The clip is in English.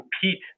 compete